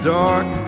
dark